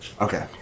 Okay